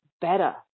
better